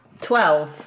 Twelve